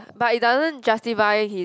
but it doesn't justify his